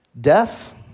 death